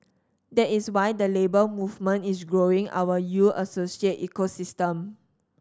that is why the Labour Movement is growing our U Associate ecosystem